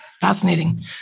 Fascinating